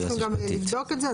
צריך לבדוק את זה.